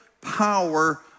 power